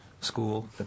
school